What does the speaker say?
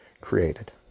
created